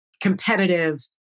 competitive